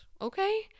Okay